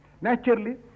Naturally